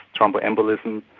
thromboembolism,